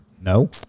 no